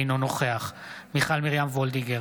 אינו נוכח מיכל מרים וולדיגר,